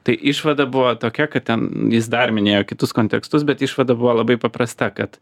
tai išvada buvo tokia kad ten jis dar minėjo kitus kontekstus bet išvada buvo labai paprasta kad